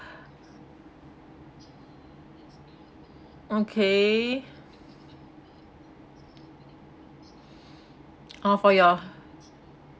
okay oh for your